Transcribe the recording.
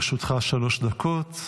לרשותך שלוש דקות,